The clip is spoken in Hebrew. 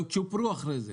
גם צ'ופרו אחרי כן.